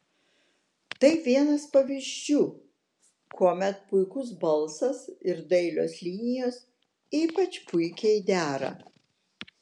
tai vienas pavyzdžių kuomet puikus balsas ir dailios linijos ypač puikiai dera